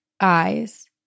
eyes